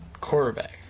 quarterback